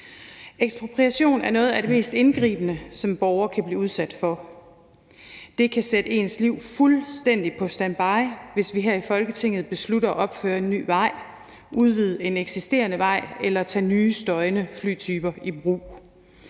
Ekspropriation er noget af det mest indgribende, man som borger kan blive udsat for. Det kan sætte ens liv fuldstændig på standby, hvis vi her i Folketinget beslutter at opføre en ny vej, udvide en eksisterende vej eller tage nye, støjende flytyper i brug.